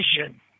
vision